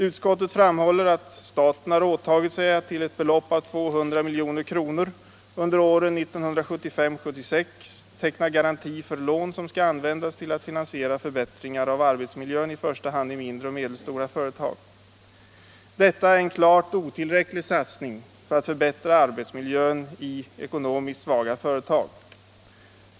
Utskottet framhåller "att staten har åtagit sig att till ett belopp av 200 milj.kr. under åren 1975 och 1976 teckna garanti för lån sony skall användas till att finansiera förbättringar av arbetsmiljön, i första hand i mindre och medelstora företag. Detta är cen klart otillräcklig satsning för att förbättra arbetsmiljön i ekonomiskt svaga företag.